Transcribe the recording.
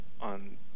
on